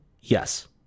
yes